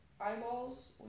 eyeballs